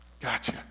gotcha